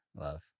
love